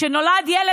כשנולד ילד,